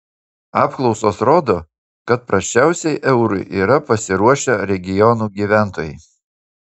apklausos rodo kad prasčiausiai eurui yra pasiruošę regionų gyventojai